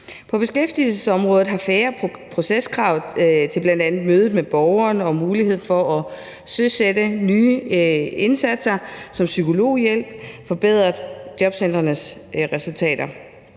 På beskæftigelsesområdet har færre proceskrav til bl.a. mødet med borgeren og mulighed for at søsætte nye indsatser som psykologhjælp forbedret jobcentrenes resultater,